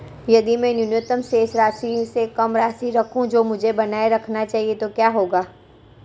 यदि मैं न्यूनतम शेष राशि से कम राशि रखूं जो मुझे बनाए रखना चाहिए तो क्या होगा?